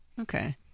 Okay